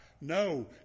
No